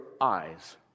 eyes